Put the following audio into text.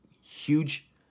huge